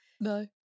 No